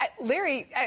Larry